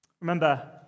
Remember